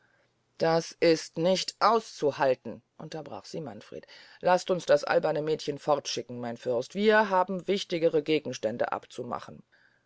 das ist nicht auszuhalten unterbrach sie manfred laß uns das alberne mädchen fortschicken mein fürst wir haben wichtigere gegenstände abzumachen